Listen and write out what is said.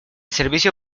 servicio